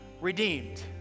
redeemed